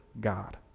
God